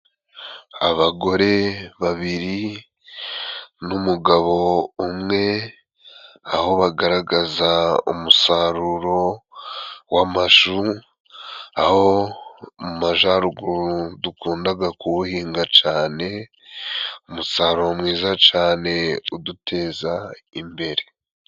Abagore babiri n'umugabo umwe aho bagaragaza umusaruro w'amashu, aho mu majaruguru dukundaga kuwuhinga cane. Umusaruro mwiza cane uduteza imbere.